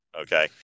Okay